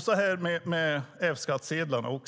Så är det även när det gäller F-skattsedlarna.